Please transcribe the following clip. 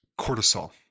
cortisol